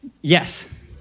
yes